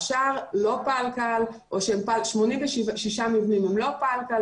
השאר 86 מבנים לא פלקל,